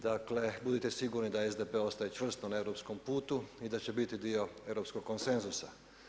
Dakle budite sigurni da SDP ostaje čvrsto na europskom putu i da će biti dio europskog konsenzusa.